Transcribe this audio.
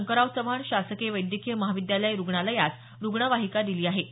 शंकरराव चव्हाण शासकीय वैद्यकीय महाविद्यालय रूग्णालयास रूग्णवाहिका दिली आहे